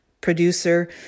producer